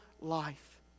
life